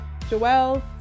Joelle